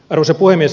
arvoisa puhemies